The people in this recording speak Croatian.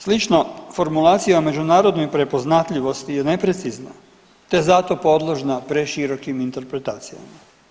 Slično, formulacija međunarodnoj prepoznatljivosti je neprecizna te zato podložna preširokim interpretacijama.